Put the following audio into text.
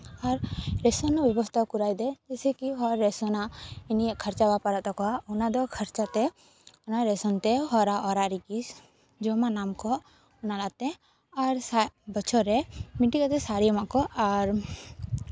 ᱟᱨ ration ᱨᱮᱱᱟᱜ ᱵᱮᱵᱚᱥᱛᱟ ᱠᱚᱨᱟᱣᱫᱟᱭ ᱡᱮᱭᱥᱮ ᱠᱤ ᱨᱮᱥᱚᱱᱟᱜ ᱤᱱᱟᱹᱜ ᱠᱷᱚᱨᱪᱟ ᱵᱟᱝ ᱯᱟᱲᱟᱜ ᱛᱟᱠᱚᱣᱟ ᱚᱱᱟ ᱫᱚ ᱠᱷᱚᱨᱪᱟ ᱛᱮ ᱚᱱᱟ ᱨᱮᱥᱚᱱ ᱛᱮ ᱚᱨᱟᱜ ᱚᱨᱟᱜ ᱨᱮᱜᱮ ᱡᱚᱢᱟᱜ ᱱᱟᱢ ᱟᱠᱚ ᱚᱱᱟᱛᱮ ᱟᱨ ᱥᱟᱜ ᱵᱚᱪᱷᱚᱨ ᱨᱮ ᱢᱤᱫᱴᱤᱡ ᱠᱟᱛᱮ ᱥᱟᱹᱲᱤ ᱮᱢᱚᱜ ᱟᱠᱚ ᱟᱨ